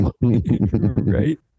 right